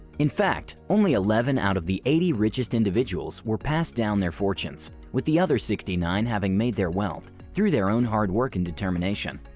in fact, only eleven out of the eighty richest individuals were passed down their fortunes with the other sixty nine having made their wealth through their own hard work and determination.